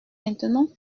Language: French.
maintenant